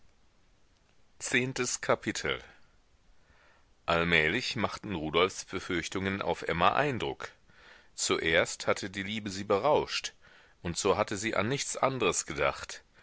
zehntes kapitel allmählich machten rudolfs befürchtungen auf emma eindruck zuerst hatte die liebe sie berauscht und so hatte sie an nichts andres gedacht